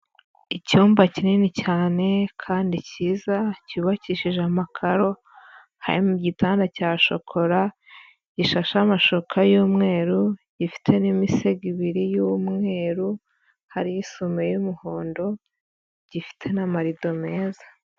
Icyumba kinini cyane kandi cyiza cyubakishije amakaro, harimo igitanda cya shokora, gishashe amashuka y'umweru, gifite n'imisego ibiri y'umweru, hariho isume y'umuhondo, gifite n'amarido meza.